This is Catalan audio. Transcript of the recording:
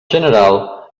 general